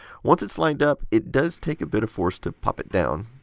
once it is lined up, it does take a bit of force to pop it down.